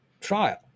trial